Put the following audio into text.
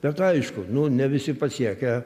bet aišku ne visi pasiekia